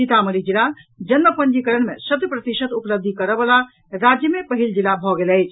सीतामढ़ी जिला जन्म पंजीकरण में शतप्रतिशत उपलब्धि प्राप्त करऽवला राज्य में पहिल जिला भऽ गेल अछि